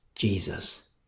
Jesus